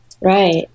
right